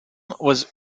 was